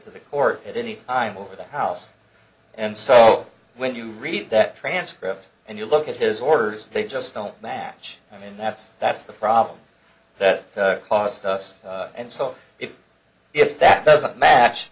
to the court at any time over the house and so when you read that transcript and you look at his orders they just don't match i mean that's that's the problem that cost us and so if if that doesn't match